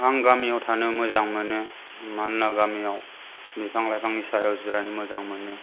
आं गामियाव थानो मोजां मोनो मानोना गामियाव बिफां लाइफांनि सायायाव जिरायनो मोजां मोनो